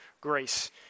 grace